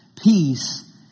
peace